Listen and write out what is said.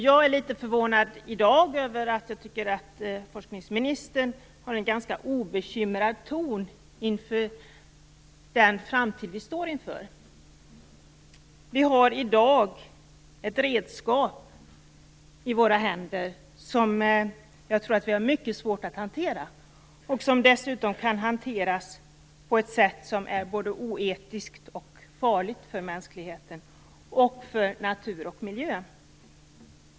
Jag är litet förvånad över forskningsministerns ganska obekymrade ton när det gäller den framtid som vi står inför. Vi har i dag ett redskap i våra händer, som jag tror att vi har mycket svårt att hantera och som dessutom kan hanteras på ett sätt som är både oetiskt och farligt för mänskligheten och för natur och miljö.